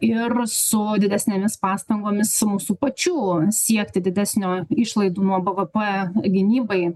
ir su didesnėmis pastangomis mūsų pačių siekti didesnio išlaidų nuo bvp gynybai